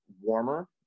warmer